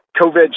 COVID